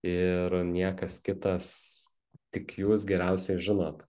ir niekas kitas tik jūs geriausiai žinot